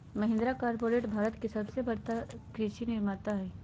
Mahindra corporate Bharat के सबसे बड़का कृषि निर्माता हई